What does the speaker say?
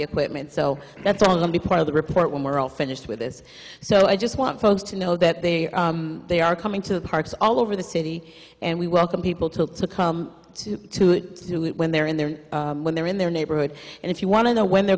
equipment so that's all going to be part of the report when we're all finished with this so i just want folks to know that they are they are coming to the parks all over the city and we welcome people to come to it to do it when they're in there when they're in their neighborhood and if you want to know when they're